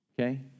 okay